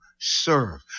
serve